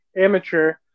amateur